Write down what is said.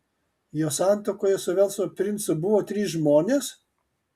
jos santuokoje su velso princu buvo trys žmonės